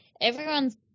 everyone's